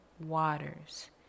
waters